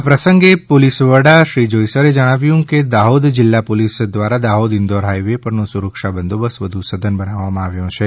આ પ્રસંગે પોલીસ વડા શ્રી હિતેશ જોયસરે જણાવ્યું કે દાહોદ જિલ્લા પોલીસ દ્વારા દાહોદ ઇન્દોર હાઇવે પરનો સુરક્ષા બંદોબસ્ત વધુ સઘન બનાવવામાં આવ્યો છે